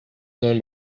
known